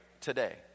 today